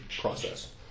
process